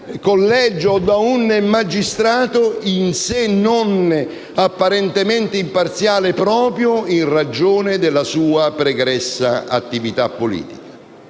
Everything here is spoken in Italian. collegio o da un magistrato in sé non apparentemente imparziale proprio in ragione della sua pregressa attività politica.